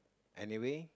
anyway